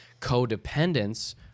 codependence